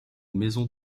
maison